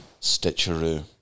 Stitcheroo